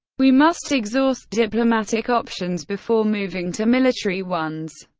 we must exhaust diplomatic options before moving to military ones.